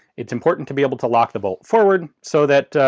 it's important to be able to lock the bolt forward so that.